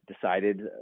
decided